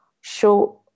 show